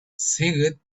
sighed